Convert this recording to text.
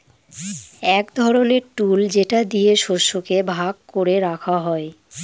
এক ধরনের টুল যেটা দিয়ে শস্যকে ভাগ করে রাখা হয়